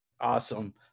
Awesome